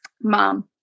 Mom